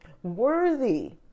worthy